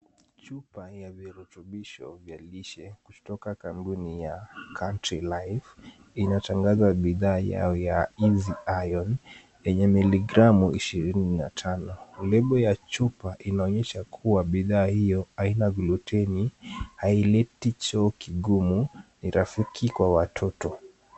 Chupa ya vurutubisho ya lishekutoka kampuni ya Country Life, inatangaza bidhaa yao ya Easy Iron, yenye miligramu ishirini na tano. Lebo ya chupa inaonyesha kuwa bidhaa hiyo aina gluteni haileti choo kigumu ni rafiki kwa watoto.